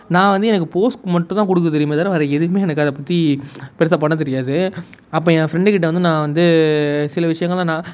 நான் வந்து எனக்கு போஸுக்கு மட்டும் தான் கொடுக்க தெரியுமே தவிர வேறு எதுக்கும் எனக்கு அதைப்பத்தி பெருசாக பண்ண தெரியாது அப்போ என் ஃப்ரெண்டுக்கிட்டே வந்து நான் வந்து சில விஷயங்கள்லாம் நான்